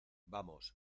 vamos